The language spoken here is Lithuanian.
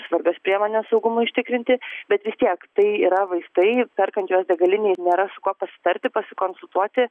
svarbios priemonės saugumui užtikrinti bet vis tiek tai yra vaistai perkant juos degalinėj nėra su kuo pasitarti pasikonsultuoti